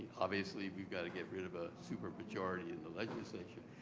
obviously we've gotta get rid of a super-majority and legislature.